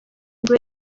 ifite